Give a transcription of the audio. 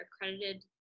accredited